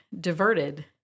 diverted